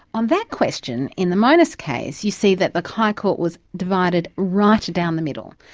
on that question in the monis case you see that the high court was divided right down the middle,